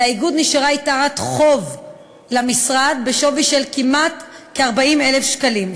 לאיגוד נשארה יתרת חוב למשרד בשווי של כמעט 40,000 שקלים,